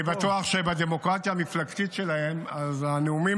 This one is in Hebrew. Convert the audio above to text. אני בטוח שבדמוקרטיה המפלגתית שלהם הנאומים